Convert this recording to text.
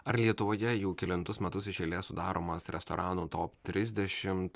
ar lietuvoje jau kelintus metus iš eilės sudaromas restoranų top trisdešimt